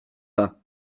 pas